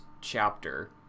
chapter